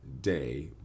day